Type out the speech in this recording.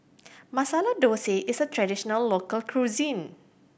Masala Dosa is a traditional local cuisine